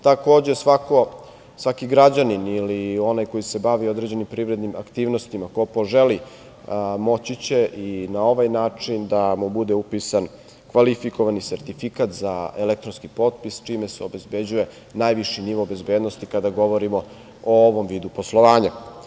Takođe, svaki građanin ili onaj koji se bavi određenim privrednim aktivnostima, ko poželi moći će i na ovaj način da mu bude upisani kvalifikovani sertifikat za elektronski potpis čime se obezbeđuje viši nivo bezbednosti kada govorimo o ovom vidu poslovanja.